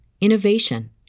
innovation